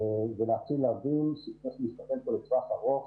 ולהתחיל להבין שצריך להסתכל פה לטווח ארוך